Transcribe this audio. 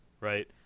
Right